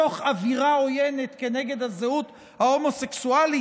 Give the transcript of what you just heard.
בתוך אווירה עוינת כנגד הזהות ההומוסקסואלית?